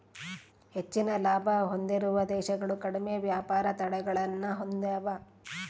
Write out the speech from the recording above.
ಹೆಚ್ಚಿನ ಲಾಭ ಹೊಂದಿರುವ ದೇಶಗಳು ಕಡಿಮೆ ವ್ಯಾಪಾರ ತಡೆಗಳನ್ನ ಹೊಂದೆವ